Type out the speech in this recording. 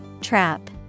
Trap